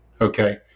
okay